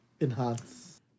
Enhance